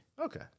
Okay